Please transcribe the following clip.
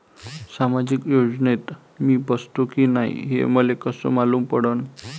सामाजिक योजनेत मी बसतो की नाय हे मले कस मालूम पडन?